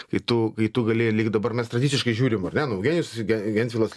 kai tu kai tu gali lyg dabar mes tradiciškai žiūrim ar ne nu eugenijus ge gentvilas